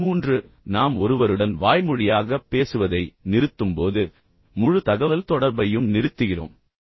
13 நாம் ஒருவருடன் வாய்மொழியாகப் பேசுவதை நிறுத்தும்போது முழு தகவல்தொடர்பையும் நிறுத்துகிறோம்